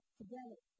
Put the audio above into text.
together